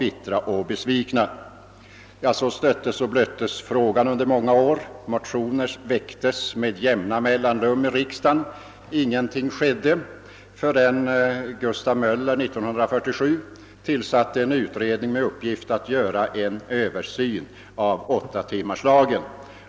Ingenting skedde förrän Gustav Möller år 1947 tillsatte en utredning med uppgift att göra en Översyn av åttatimmarslagen.